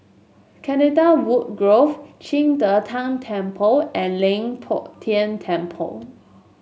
Canadawood Grove Qing De Tang Temple and Leng Poh Tian Temple